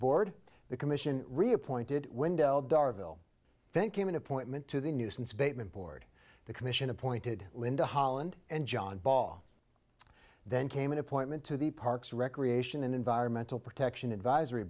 board the commission reappointed window darvill thank him an appointment to the nuisance bateman board the commission appointed linda holland and john ball then came an appointment to the parks recreation and environmental protection advisory